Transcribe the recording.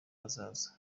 hazaza